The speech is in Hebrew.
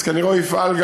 אז כנראה הוא יפעל,